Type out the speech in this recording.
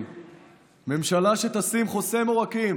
ממשלה שתשים חוסם עורקים